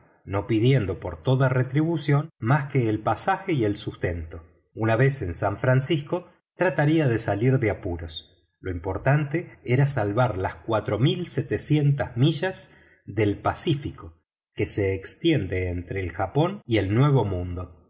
no pidiendo por toda retribución más que el pasaje y el sustento una vez en san francisco trataría de salir de apuros lo importante era salvar las cuatro mil setecientas millas del pacífico que se extienden entre el japón y el nuevo mundo